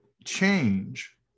change